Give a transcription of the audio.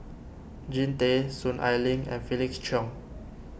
Jean Tay Soon Ai Ling and Felix Cheong